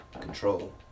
Control